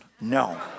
No